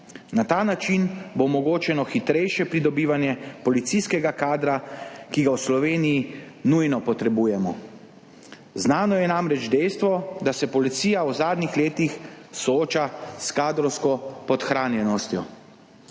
Na ta način bo omogočeno hitrejše pridobivanje policijskega kadra, ki ga v Sloveniji nujno potrebujemo. Znano je namreč dejstvo, da se policija v zadnjih letih sooča s kadrovsko podhranjenostjo.